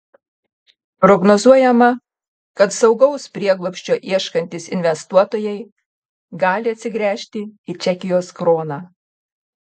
prognozuojama kad saugaus prieglobsčio ieškantys investuotojai gali atsigręžti į čekijos kroną